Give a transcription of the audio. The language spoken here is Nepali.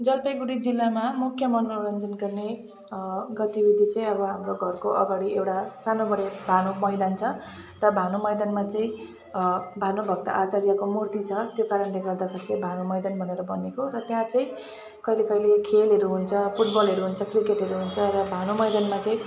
जलपाइगुडी जिल्लामा मुख्य मनोरञ्जन गर्ने गतिविधि चाहिँ अब हाम्रो घरको अगाडि एउटा सानो बडे भानु मैदान छ र भानु मैदानमा चाहिँ भानुभक्त आचार्यको मूर्ति छ त्यही कारणले गर्दाखेरि चाहिँ भानु मैदान भनेर भनेको र त्यहाँ चाहिँ कहिले कहिले खेलहरू हुन्छ फुटबलहरू हुन्छ क्रिकेटहरू हुन्छ र भानु मैदानमा चाहिँ